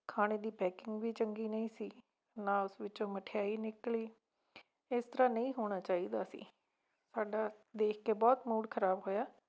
ਖਾਣੇ ਦੀ ਪੈਕਿੰਗ ਵੀ ਚੰਗੀ ਨਹੀਂ ਸੀ ਨਾ ਉਸ ਵਿੱਚੋਂ ਮਠਿਆਈ ਨਿਕਲੀ ਇਸ ਤਰ੍ਹਾਂ ਨਹੀਂ ਹੋਣਾ ਚਾਹੀਦਾ ਸੀ ਸਾਡਾ ਦੇਖ ਕੇ ਬਹੁਤ ਮੂਡ ਖਰਾਬ ਹੋਇਆ